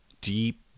deep